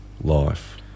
life